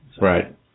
Right